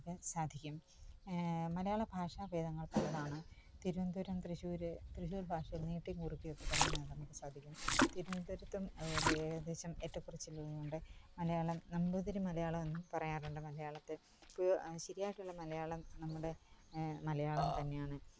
നമുക്ക് സാധിക്കും മലയാള ഭാഷാഭേദങ്ങൾ തമ്മിലാണ് തിരുവന്തപുരം തൃശ്ശൂർ തൃശ്ശൂർ ഭാഷ നീട്ടികുറിക്കിയൊക്കെ പറയുന്നത് നമുക്ക് സാധിക്കും തിരുവന്തപുരത്തും ഏകദേശം ഏറ്റക്കുറച്ചിലുമുണ്ട് മലയാളം നമ്പൂതിരി മലയാളമെന്നു പറയാറുണ്ട് മലയാളത്തെ അപ്പോൾ ശരിയായിട്ടുള്ള മലയാളം നമ്മുടെ മലയാളം തന്നെയാണ്